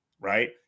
right